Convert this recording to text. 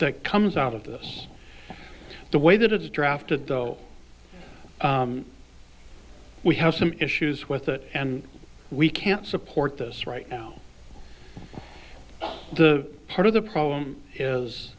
that comes out of this the way that it's drafted though we have some issues with it and we can't support this right now the part of the problem is